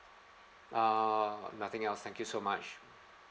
ah nothing else thank you so much